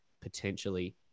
potentially